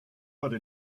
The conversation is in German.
wurde